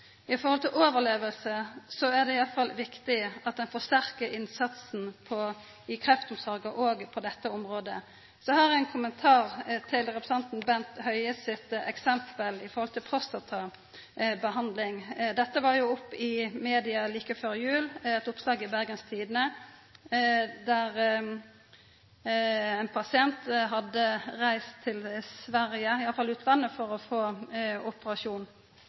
I forhold til overleving er det iallfall viktig at ein forsterkar innsatsen i kreftomsorga òg på dette området. Så har eg ein kommentar til representanten Bent Høie sitt eksempel når det gjeld prostatabehandling. Dette var oppe i media like før jul, i eit oppslag i Bergens Tidende om ein pasient som hadde reist til utlandet for å få operasjon.